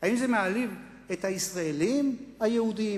האם זה מעליב את הישראלים היהודים,